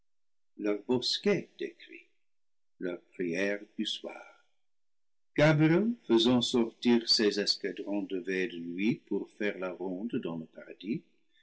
bosquet décrit leur prière du soir gabriel faisant sortir ses escadrons de veilles de nuit pour faire la ronde dans le paradis